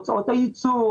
הוצאות הייצור,